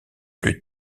plus